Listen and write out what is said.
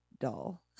dull